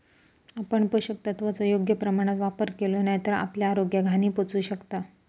आपण पोषक तत्वांचो योग्य प्रमाणात वापर केलो नाय तर आपल्या आरोग्याक हानी पोहचू शकता